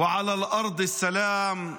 רבותיי חברי הכנסת,